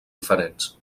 diferents